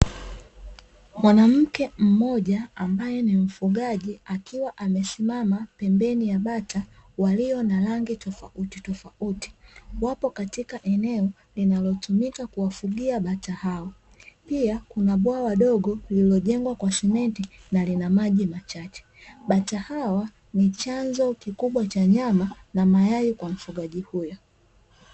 Mwanamke mmoja ambaye ni mfugaji akiwa amesimama pembeni ya bata walio na rangi tofautitofauti, wapo katika eneo linalotumika kuwafugia bata hao. Pia kuna bwawa dogo lililojengwa kwa simenti na lina maji machache. Bata hawa ni chanzo kikubwa cha nyama na mayai kwa mfugaji huyo.